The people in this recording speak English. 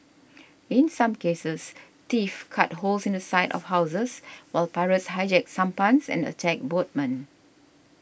in some cases thieves cut holes in the side of houses while pirates hijacked sampans and attacked boatmen